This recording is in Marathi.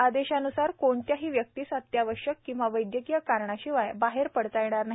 आदेशान्सार कोणत्याही व्यक्तीस अत्यावश्यक किंवा वैद्यकीय कारणाशिवाय बाहेर पडता येणार नाही